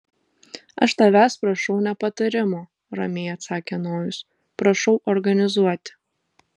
aš tavęs prašau ne patarimo ramiai atsakė nojus prašau organizuoti